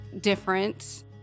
different